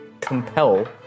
compel